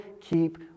keep